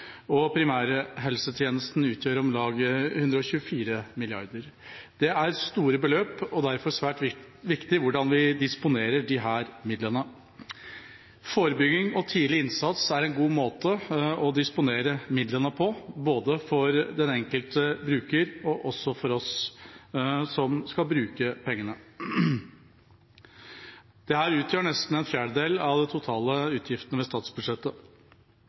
og primærhelsetjenesten utgjør om lag 124 mrd. kr. Det er store beløp og derfor svært viktig hvordan vi disponerer disse midlene. Forebygging og tidlig innsats er en god måte å disponere midlene på, både for den enkelte brukeren og for oss som skal bruke pengene. Dette utgjør nesten en fjerdedel av de totale utgiftene i statsbudsjettet.